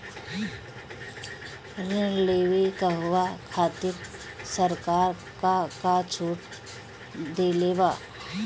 ऋण लेवे कहवा खातिर सरकार का का छूट देले बा?